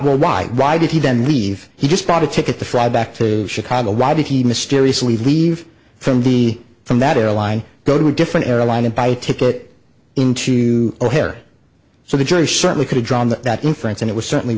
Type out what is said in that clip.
well why why did he then leave he just bought a ticket to fly back to chicago why did he mysteriously leave from the from that airline go to a different airline and buy a ticket into o'hare so the jury certainly could draw on that inference and it was certainly